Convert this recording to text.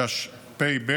התשפ"ב